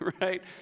Right